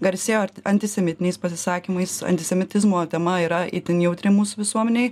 garsėjo antisemitiniais pasisakymais antisemitizmo tema yra itin jautri mūsų visuomenėj